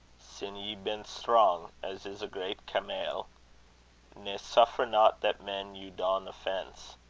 sin ye been strong, as is a great camayle ne suffer not that men you don offence.